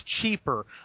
cheaper